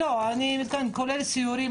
כולל סיורים,